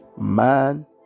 Man